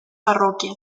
parroquia